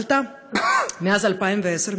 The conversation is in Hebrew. גדלה מאז 2010,